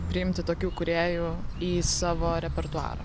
priimti tokių kūrėjų į savo repertuarą